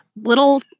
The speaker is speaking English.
little